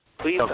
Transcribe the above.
Please